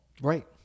Right